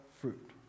fruit